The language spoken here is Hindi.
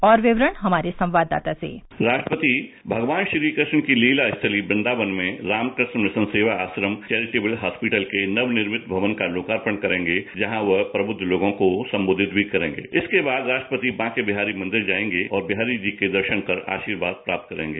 और विवरण हमारे संवाददाता से राष्ट्रपति भगवान श्रीकृष्ण की लीला स्थली दृदावन में रामकृष्ण मिशन सेवा आश्रम चौरिटेबल हॉस्पिटल के नवनिर्मित भवन का लोकार्पण करेंगे जहां वह प्रवृद्ध लोगों को संबोधित भी करेंगे इसके बाद राष्ट्रपति बांके बिहारी मंदिर जाएगे और बिहारी जी के दर्शन कर आशीर्वाद प्राप्त करेंगे